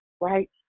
Right